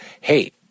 hey